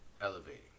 elevating